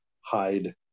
hide